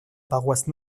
paroisse